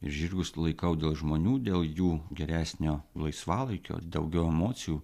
žirgus laikau dėl žmonių dėl jų geresnio laisvalaikio daugiau emocijų